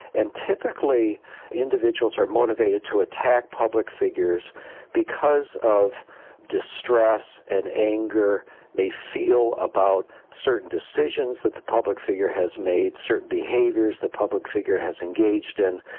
and typically individuals are motivated to attack public figures because of the distress and anger they feel about certain decisions that the public figure has made, certain behaviours the public figure has engaged in,